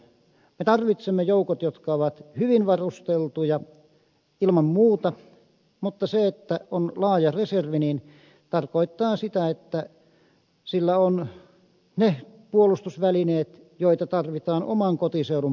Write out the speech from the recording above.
me tarvitsemme joukot jotka ovat hyvin varusteltuja ilman muuta mutta se että on laaja reservi tarkoittaa sitä että sillä on ne puolustusvälineet joita tarvitaan oman kotiseudun puolustamiseksi